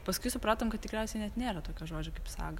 paskui supratom kad tikriausiai net nėra tokio žodžio kaip saga